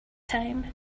time